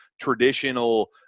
traditional –